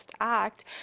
act